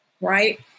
Right